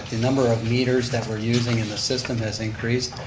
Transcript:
the number of meters that we're using in the system has increased.